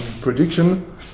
prediction